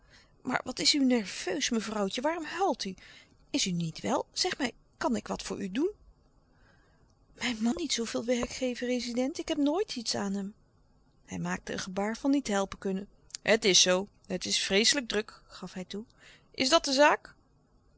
maar wat is u nerveus mevrouwtje waarom huilt u is u niet wel zeg mij kan ik wat voor u doen mijn man niet zoo veel werk geven rezident ik heb nooit iets aan hem hij maakte een gebaar van niet helpen kunnen het is zoo het is vreeslijk druk gaf hij toe is dat de zaak